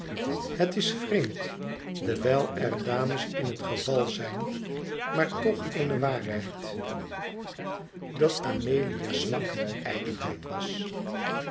het is vreemd dewijl er dames in het geval zijn maar toch eene waarheid dat amelia's zwak ijdelheid was